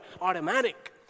automatic